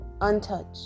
untouched